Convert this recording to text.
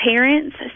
parents